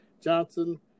Johnson